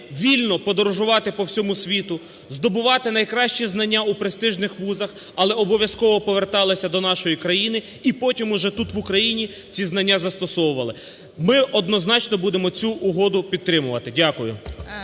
вільно подорожувати по всьому світу, здобувати найкращі знання у престижних вузах, але обов'язково поверталися до нашої країни, і потім вже тут, в Україні, ці знання застосовували. Ми однозначно будемо цю угоду підтримувати. Дякую.